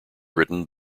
written